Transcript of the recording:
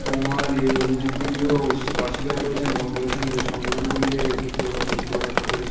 কুমার এই অভিযোগগুলিও ওস অস্বীকার করেছেন এবং বলেছেন যে সংগঠনগুলি এর একটি পুরনো চিত্রনাট্য পড়েছিল